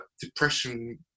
depression